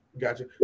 Gotcha